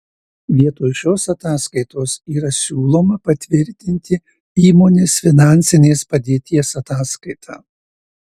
vietoj šios ataskaitos yra siūloma patvirtinti įmonės finansinės padėties ataskaitą